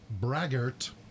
braggart